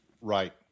Right